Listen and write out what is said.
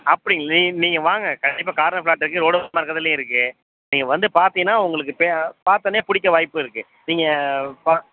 அப்படிங்லி நீங்கள் வாங்க கண்டிப்பாக கார்னர் ஃப்ளாட் இருக்குது ரோடும் பக்கத்துலேயே இருக்குது நீங்கள் வந்து பார்த்தீங்கன்னா உங்களுக்கு இப்போயே பார்த்தோன்னே பிடிக்க வாய்ப்பு இருக்குது நீங்கள் ப